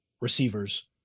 receivers